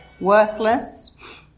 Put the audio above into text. worthless